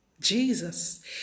Jesus